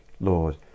Lord